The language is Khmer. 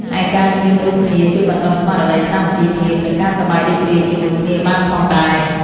ឯការច្រៀងរួមគ្នាជួយបណ្ដុះស្មារតីសាមគ្គីភាព និងការសប្បាយរីករាយជាមួយគ្នាបានផងដែរ។